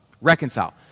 reconcile